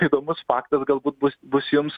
įdomus faktas galbūt bus bus jums